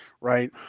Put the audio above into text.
right